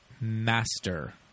Master